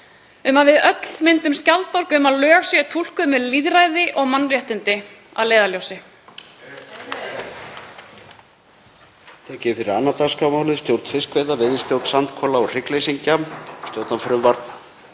að við myndum skjaldborg um að lög séu túlkuð með lýðræði og mannréttindi að leiðarljósi.